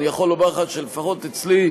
אני יכול לומר לך שלפחות אצלי,